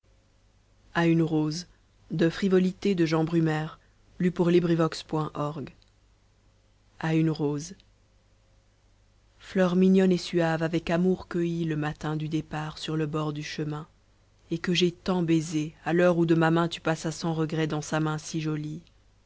a une rose fleur mignonne et suave avec amour cueillie le matin du départ sur le bord du chemin et que j'ai tant baisée à l'heure où de ma main tu passas sans regrets dans sa main si jolie